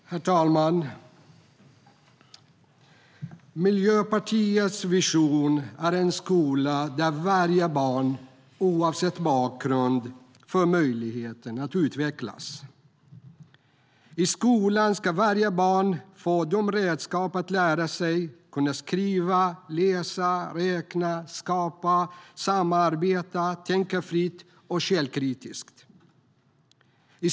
Herr talman! Miljöpartiets vision är en skola där varje barn, oavsett bakgrund, får möjlighet att utvecklas. I skolan ska varje barn få redskap för att lära sig skriva, läsa, räkna, skapa, samarbeta och tänka fritt och källkritiskt.